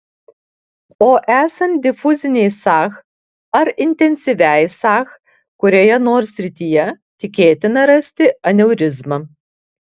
o esant difuzinei sah ar intensyviai sah kurioje nors srityje tikėtina rasti aneurizmą